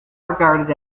regarded